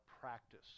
practice